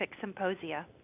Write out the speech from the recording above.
symposia